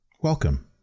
Welcome